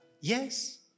Yes